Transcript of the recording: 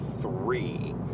three